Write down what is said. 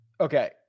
Okay